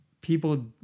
people